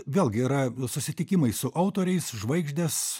vėlgi yra susitikimai su autoriais žvaigždės